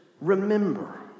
remember